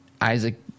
Isaac—